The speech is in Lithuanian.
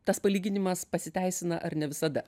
tas palyginimas pasiteisina ar ne visada